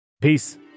Peace